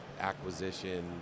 acquisition